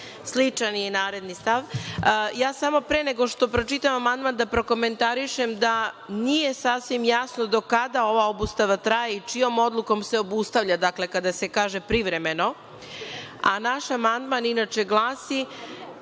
Sličan je i naredni stav. Ja samo pre nego što pročitam amandman da prokomentarišem da nije sasvim jasno do kada ova obustava traje i čijom odlukom se obustavlja. Dakle, kada se kaže privremeno. Naš amandman inače glasi